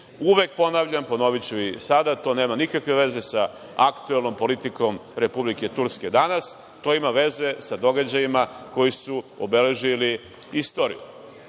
Uvek ponavljam, ponoviću i sada to nema nikakve veze sa aktuelnom politikom Republike Turske. Danas to ima veze sa događajima koji su obeležili istoriju. Mislim